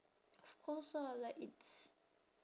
of course lah like it's